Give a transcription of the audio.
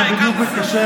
זה בדיוק מתקשר